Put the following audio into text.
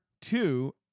two